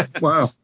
wow